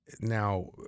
now